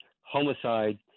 homicide